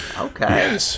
Okay